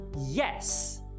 Yes